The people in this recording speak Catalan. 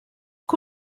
que